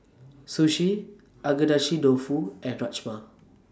Sushi Agedashi Dofu and Rajma